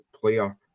player